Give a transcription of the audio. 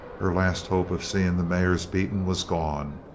her last hope of seeing the mares beaten was gone,